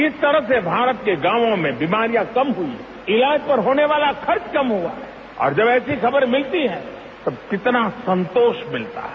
किस तरह से भारत के गांवों में बीमारियां कम हुई है इलाज पर होने वाला खर्च कम हुआ है और जब ऐसी खबर मिलती है तो कितना संतोष मिलता है